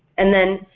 and then,